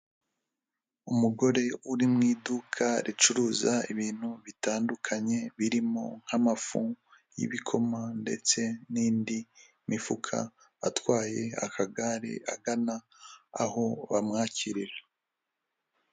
Umugore uri mu iduka ricuruza ibintu bitandukanye, birimo nk'amafu y'ibikoma ndetse n'indi mifuka, atwaye akagare, agana aho bamwakirira.